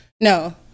No